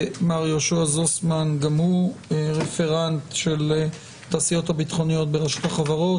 ומר יהושע זוסמן גם הוא רפרנט של התעשיות הביטחוניות ברשות החברות,